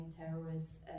terrorists